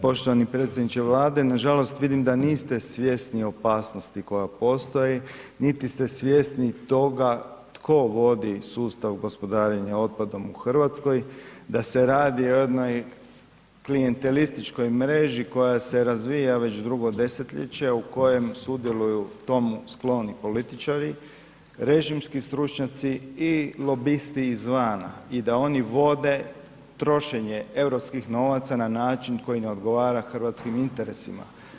Poštovani predsjedniče Vlade, nažalost vidim da niste svjesni opasnosti opasnosti koja postoji, niti ste svjesni toga tko vodi sustav gospodarenja otpadom u RH, da se radi o jednoj klijantelističkoj mreži koja se razvija već drugo desetljeće, a u kojem sudjeluju tomu skloni političari, režimski stručnjaci i lobisti izvana i da oni vode trošenje europskih novaca na način koji ne odgovara hrvatskim interesima.